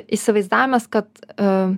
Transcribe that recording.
įsivaizdavimas kad